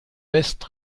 west